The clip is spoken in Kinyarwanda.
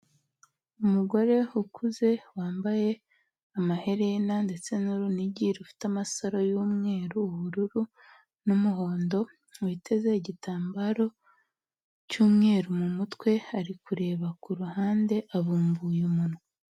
Umugore ukuze wambaye amaherena ndetse n'urunigi rufite amasaro y'umweru, ubururu n'umuhondo, witeze igitambaro cy'umweru mu mutwe, ari kureba ku ruhande, abumbuye umunwa.